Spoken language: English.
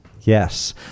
Yes